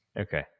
okay